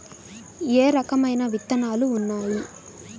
ఏ రకమైన విత్తనాలు ఉన్నాయి?